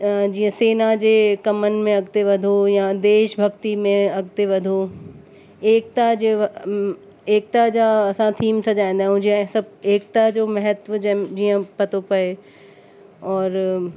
जीअं सेना जे कमन में अॻिते वधो या देश भक्ति में अॻिते वधो एकता जे एकता जा असां थीम सॼाईंदा आहियूं जे सभु एकता जो महत्व जै जीअं पतो पए और